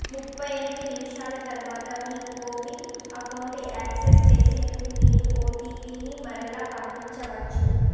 ముప్పై ఎనిమిది నిమిషాల తరువాత మీ కోవిన్ అకౌంటు యాక్సెస్ చేసేందుకు మీరు ఓటీపీని మరలా పంపించవచ్చు